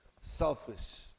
selfish